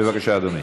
בבקשה, אדוני.